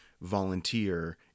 volunteer